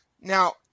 Now